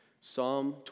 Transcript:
Psalm